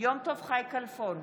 יום טוב חי כלפון,